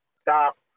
Stop